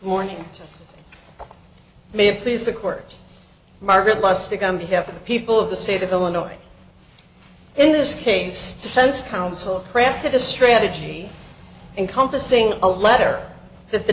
morning may please the court margaret lustig on behalf of the people of the state of illinois in this case defense counsel crafted a strategy encompassing a letter that the